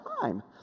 time